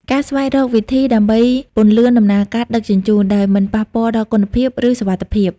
ការស្វែងរកវិធីដើម្បីពន្លឿនដំណើរការដឹកជញ្ជូន ដោយមិនប៉ះពាល់ដល់គុណភាព ឬសុវត្ថិភាព។